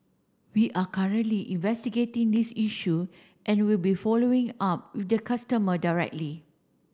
we are currently investigating this issue and we will be following up with the customer directly